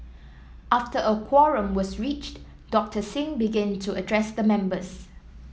after a quorum was reached Doctor Singh began to address the members